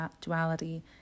duality